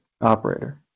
Operator